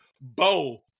bow